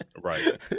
Right